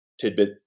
tidbit